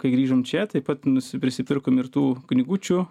kai grįžom čia taip pat nusi prisipirkom ir tų knygučių